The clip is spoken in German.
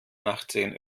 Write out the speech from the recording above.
nachtsehen